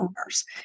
owners